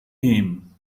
him